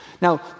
Now